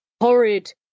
horrid